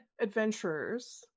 adventurers